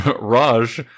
Raj